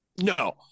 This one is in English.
no